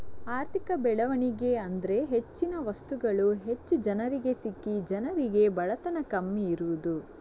ಆರ್ಥಿಕ ಬೆಳವಣಿಗೆ ಅಂದ್ರೆ ಹೆಚ್ಚಿನ ವಸ್ತುಗಳು ಹೆಚ್ಚು ಜನರಿಗೆ ಸಿಕ್ಕಿ ಜನರಿಗೆ ಬಡತನ ಕಮ್ಮಿ ಇರುದು